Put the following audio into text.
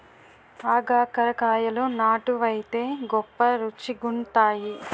ఆగాకరకాయలు నాటు వైతే గొప్ప రుచిగుంతాయి